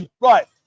right